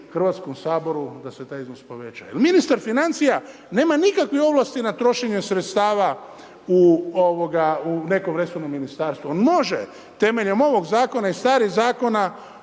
Hrvatskom saboru da se taj iznos poveća jer ministar financija nema nikakve ovlasti na trošenje sredstava u nekom resornom ministarstvu. On može temeljem ovog zakona i starih zakona